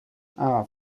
our